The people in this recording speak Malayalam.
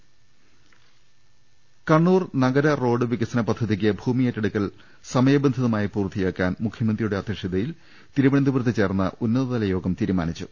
രദ്ദേഷ്ടങ് കണ്ണൂർ നഗര റോഡ് വികസന പദ്ധതിക്ക് ഭൂമി ഏറ്റെടുക്കൽ സമയബ ന്ധിതമായി പൂർത്തിയാക്കാൻ മുഖ്യമന്ത്രിയുടെ അധ്യക്ഷതയിൽ തിരുവന ന്തപുരത്ത് ചേർന്ന ഉന്നതതല യോഗം തീരുമാനിച്ചു